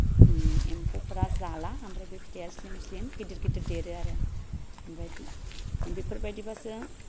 एम्फौफोरा जाला ओमफ्राय बे फिथाया स्लिम स्लिम गिदिर गिदिर देरो आरो ओमफ्राय बेफोरबायदिबासो